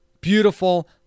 Beautiful